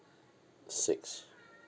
six